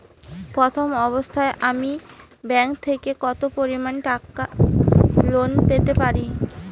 প্রথম অবস্থায় আমি ব্যাংক থেকে কত পরিমান টাকা লোন পেতে পারি?